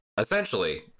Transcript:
Essentially